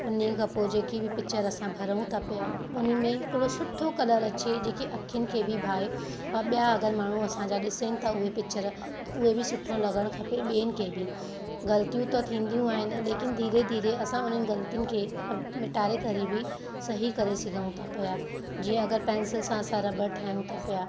उन्हीखां पोइ जेकी बि पिच्चर असां भरियूं था पिया उन में हिकिड़ो सुठो कलर अचे जेके अखियुनि खे बि भाए और ॿिया अगरि माण्हू असांजा ॾिसनि था उहा पिच्चर त उहे बि सुठो लॻणु खपे ॿियनि खे बि ग़ल्तियूं त थींदियूं आहिनि लेकिन धीरे धीरे असां उन ग़ल्तियुनि खे मिटारे करे बि सही करे सघऊं था पिया जीअं अगरि पेंसिल सां रॿड़ु ठाहियूं था पिया